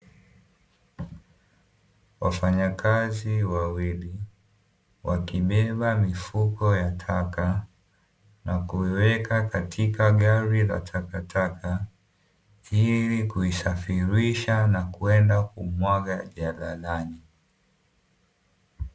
Wafanyakazi wawili wakibeba mifuko ya taka, na kuiweka katika gari la takataka ili kuisafirisha na kwenda kumwaga jalalani.